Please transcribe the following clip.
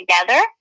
together